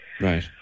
Right